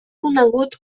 conegut